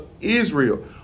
Israel